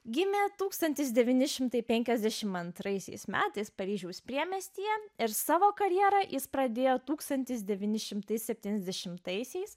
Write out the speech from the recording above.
gimė tūkstantis devyni šimtai penkiasdešimt antraisiais metais paryžiaus priemiestyje ir savo karjerą jis pradėjo tūkstantis devyni šimtai septyniasdešimtaisiais